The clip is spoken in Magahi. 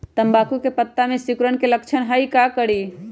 तम्बाकू के पत्ता में सिकुड़न के लक्षण हई का करी?